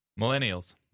Millennials